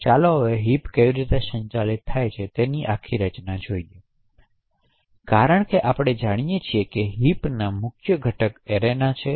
ચાલો હવે હિપ કેવી રીતે સંચાલિત થાય છે તેની આખી રચના જોઈએ કારણ કે આપણે જાણીએ છીએ કે હિપના મુખ્ય ઘટક એરેના છે